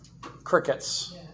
crickets